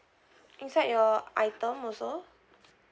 inside your item also